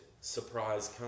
surprise